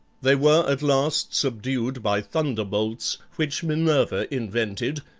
they were at last subdued by thunderbolts, which minerva invented,